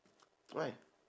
why